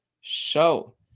show